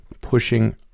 pushing